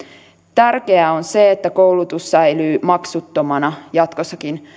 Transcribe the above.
tärkeää on se että koulutus säilyy maksuttomana jatkossakin